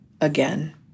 again